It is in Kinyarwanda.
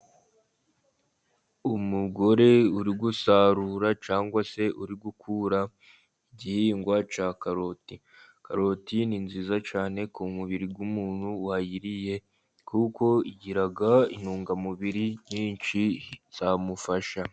Umugore uri gusarura cyangwa se uri gukura igihingwa cya karoti. Karoti ni nziza cyane ku mubiri w'umuntu wayiriye, kuko igira intungamubiri nyinshi zamufasha.